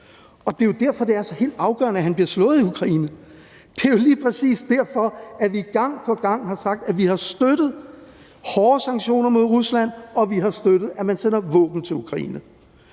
og det er jo derfor, det er så helt afgørende, at han bliver slået i Ukraine. Det er jo lige præcis derfor, at vi gang på gang har sagt, at vi har støttet hårde sanktioner mod Rusland, og at vi har støttet, at man sender våben til Ukraine.